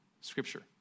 scripture